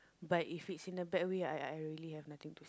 but if is in the bad way I I really have nothing to